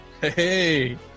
Hey